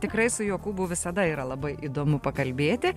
tikrai su jokūbu visada yra labai įdomu pakalbėti